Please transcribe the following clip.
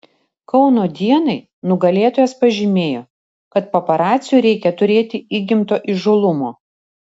kauno dienai nugalėtojas pažymėjo kad paparaciui reikia turėti įgimto įžūlumo